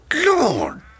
Lord